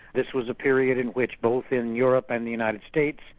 this was a period in which both in europe and the united states,